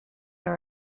are